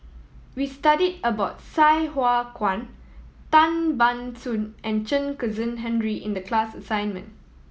we studied about Sai Hua Kuan Tan Ban Soon and Chen Kezhan Henri in the class assignment